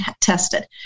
tested